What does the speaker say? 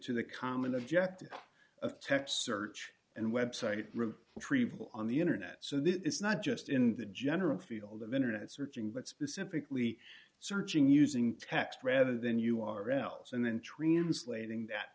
to the common object of text search and website triva on the internet so that it's not just in the general field of internet searching but specifically searching using text rather than you are else and then translating that